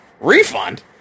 refund